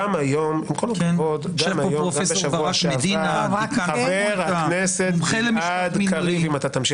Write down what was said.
יושב פה פרופ' ברק מדינה, מומחה למשפט מינהלי.